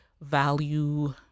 value